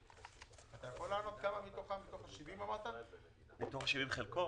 כמה מתוך 70 החלקות הן של פרטיים?